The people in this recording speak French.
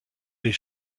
des